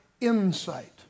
insight